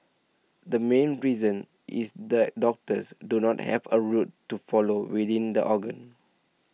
the main reason is that doctors do not have a route to follow within the organ